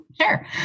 Sure